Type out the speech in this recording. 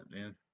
man